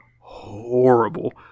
horrible